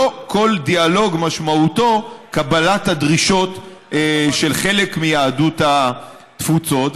לא כל דיאלוג משמעותו קבלת הדרישות של חלק מיהדות התפוצות.